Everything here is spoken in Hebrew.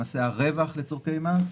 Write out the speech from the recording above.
למעשה הרווח לצורכי מס,